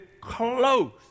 close